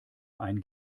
ein